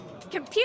Computer